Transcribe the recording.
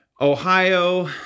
ohio